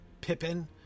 Pippin